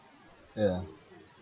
ya